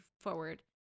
forward